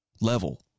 level